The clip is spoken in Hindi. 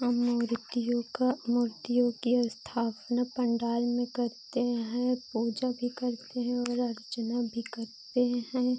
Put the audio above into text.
हम मूर्तियों का मूर्तियों की स्थापना पंडाल में करते हैं पूजा भी करते हैं और अर्चना भी करते हैं